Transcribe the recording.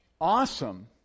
Awesome